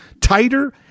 tighter